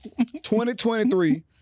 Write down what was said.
2023